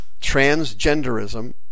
transgenderism